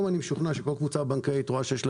אני משוכנע שבמקום שקבוצה בנקאית רואה שיש לה